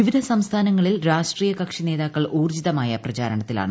വിവിധ സംസ്ഥാനങ്ങളിൽ രാഷ്ട്രീയ കക്ഷി നേതാക്കൾ ഊർജ്ജിതമായ പ്രചാരണത്തിലാണ്